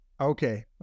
Okay